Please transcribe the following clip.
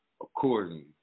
accordingly